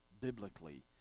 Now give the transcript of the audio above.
biblically